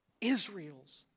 Israel's